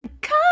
Come